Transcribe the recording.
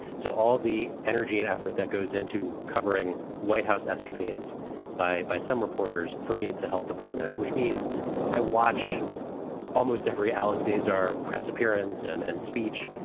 so all the energy and effort that goes into covering white house escapades by by some reporters. for me, it's a health department, which means i watch almost every alix's ah press appearance and and speech.